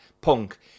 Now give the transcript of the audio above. Punk